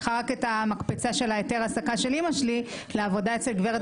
לקחה רק את המקפצה של היתר העסקה של אמא שלי לעבודה אצל הגברת.